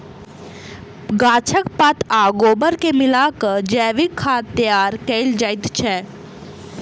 गाछक पात आ गोबर के मिला क जैविक खाद तैयार कयल जाइत छै